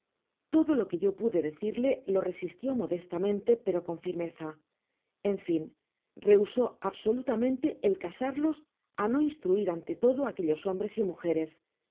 todo lo que yo pude decirle lo resistio modestamente pero con firmeza en fin rebasó absolutamente el casarlos á no instruir ante todo aquellos hombres y mujeres